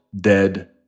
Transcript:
dead